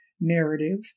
narrative